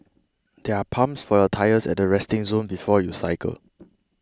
there are pumps for your tyres at the resting zone before you cycle